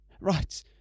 Right